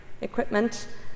equipment